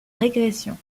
régression